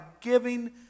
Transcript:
giving